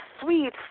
sweet